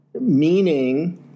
meaning